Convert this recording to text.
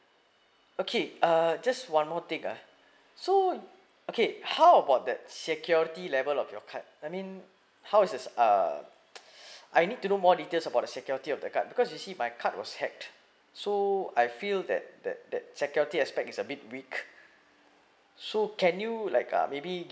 okay uh just one more thing ah so okay how about that security level of your card I mean how is uh I need to know more details about the security of the card because you see my card was hacked so I feel that that that security aspect is a bit weak so can you like uh maybe